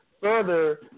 further